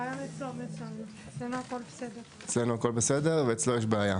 חשוב מאוד שהדברים האלה ייעשו.